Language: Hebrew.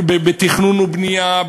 בתכנון ובנייה,